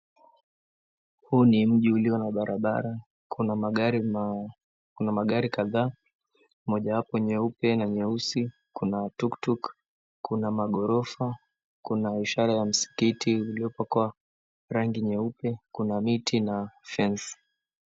Huu ni mji ulio na barabara, kuna magari kadhaa mojawapo nyeupe na nyeusi, kuna tuktuk, kuna maghorofa, kuna ishara ya msikiti iliyopakwa rangi nyeupe kuna miti ina fence .